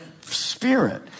spirit